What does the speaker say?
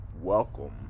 welcome